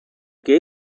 que